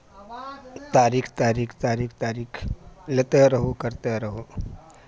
तारीख तारीख तारीख तारीख लैते रहू करिते रहू